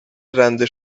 رنده